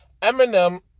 Eminem